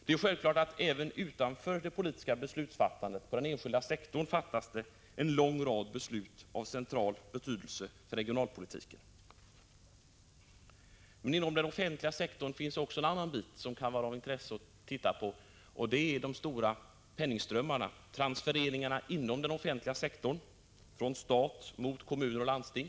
Det är självklart att det även utanför det politiska beslutsfattandet, inom den enskilda sektorn, fattas en lång rad beslut av central betydelse för regionalpolitiken. Inom den offentliga sektorn finns också en annan bit som det kan vara av intresse att se på. Det är de stora penningströmmarna, transfereringarna, inom den offentliga sektorn från staten till kommuner och landsting.